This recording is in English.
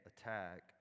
attack